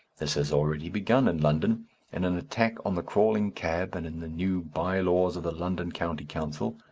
this has already begun in london in an attack on the crawling cab and in the new bye-laws of the london county council,